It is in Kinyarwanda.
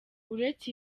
uretse